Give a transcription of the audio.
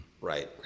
Right